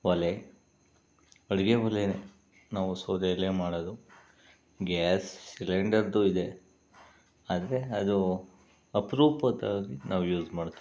ಒಲೆ ಅಡುಗೆ ಒಲೆ ನಾವು ಸೌದೆಯಲ್ಲೇ ಮಾಡೋದು ಗ್ಯಾಸ್ ಸಿಲಿಂಡರ್ದು ಇದೆ ಆದರೆ ಅದು ಅಪರೂಪಕ್ಕಾಗಿ ನಾವು ಯೂಸ್ ಮಾಡೋದು